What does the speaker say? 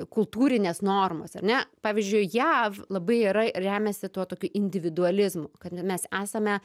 kultūrinės normos ar ne pavyzdžiui jav labai yra remiasi tuo tokiu individualizmu kad mes esame